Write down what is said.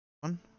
one